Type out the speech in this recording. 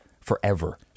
forever